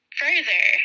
further